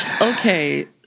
Okay